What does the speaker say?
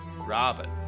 Robin